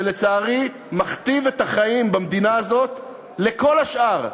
שלצערי מכתיב את החיים במדינה הזאת לכל השאר,